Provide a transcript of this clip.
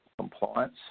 compliance